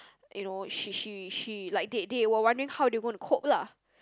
you know she she she like they they were wondering how they were gonna cope lah